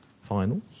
finals